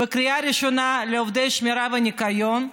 בקריאה ראשונה לעובדי שמירה וניקיון,